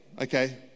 okay